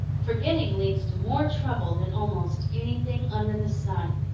forgetting leads to more trouble than almost anything under the sun.